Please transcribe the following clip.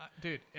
dude